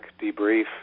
debrief